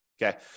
Okay